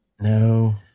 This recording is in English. No